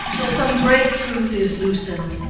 till some great truth is loosened,